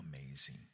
amazing